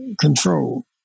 control